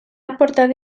aportat